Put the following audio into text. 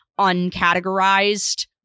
uncategorized